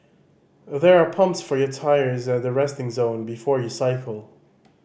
there are pumps for your tyres at the resting zone before you cycle